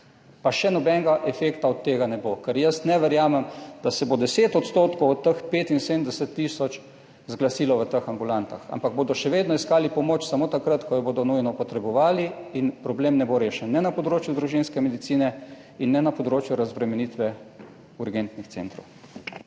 pa še nobenega efekta od tega ne bo, ker jaz ne verjamem, da se bo 10 odstotkov od teh 75 tisoč zglasilo v teh ambulantah, ampak bodo še vedno iskali pomoč samo takrat, ko jo bodo nujno potrebovali in problem ne bo rešen, ne na področju družinske medicine in ne na področju razbremenitve urgentnih centrov.